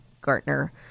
Gartner